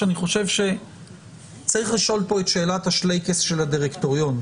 שאני חושב שצריך לשאול פה את שאלת השלייקס של הדירקטוריון.